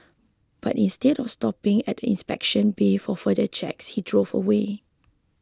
but instead of stopping at the inspection bay for further checks he drove away